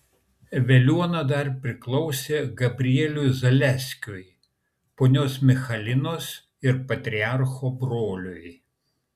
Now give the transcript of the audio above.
veliuona dar priklausė gabrieliui zaleskiui ponios michalinos ir patriarcho broliui